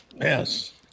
Yes